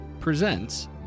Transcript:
presents